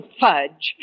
fudge